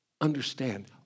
Understand